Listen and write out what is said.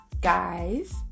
Guys